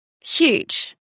huge